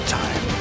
time